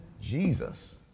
Jesus